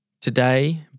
Today